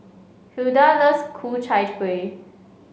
Hulda loves Ku Chai Kuih